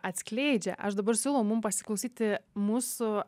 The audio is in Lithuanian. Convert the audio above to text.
atskleidžia aš dabar siūlau mum pasiklausyti mūsų